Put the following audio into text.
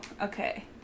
okay